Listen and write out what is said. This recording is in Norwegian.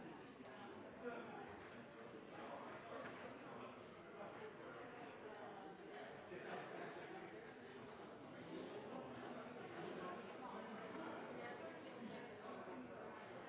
at statsråden er